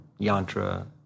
yantra